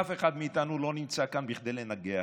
אף אחד מאיתנו לא נמצא פה כדי לנגח.